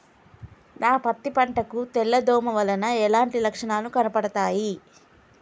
నా పత్తి పంట కు తెల్ల దోమ వలన ఎలాంటి లక్షణాలు కనబడుతాయి?